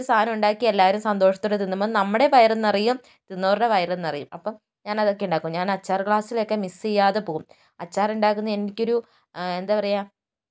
നമ്മളൊരു സാധനം ഉണ്ടാക്കി എല്ലാവരും സന്തോഷത്തോടെ തിന്നുമ്പോൾ നമ്മുടെ വയറും നിറയും തിന്നവരുടെ വയറ് നിറയും അപ്പം ഞാനതൊക്കെ ഉണ്ടാക്കും ഞാനച്ചാറ് ക്ലാസ്സിലൊക്കെ മിസ്സ് ചെയ്യാതെ പോകും അച്ചാറ് ഉണ്ടാക്കുന്നത് എനിക്കൊരു എന്താ പറയുക